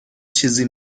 چیزی